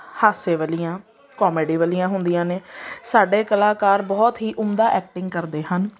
ਹਾਸੇ ਵਾਲੀਆਂ ਕੋਮੇਡੀ ਵਾਲੀਆਂ ਹੁੰਦੀਆਂ ਨੇ ਸਾਡੇ ਕਲਾਕਾਰ ਬਹੁਤ ਹੀ ਉਮਦਾ ਐਕਟਿੰਗ ਕਰਦੇ ਹਨ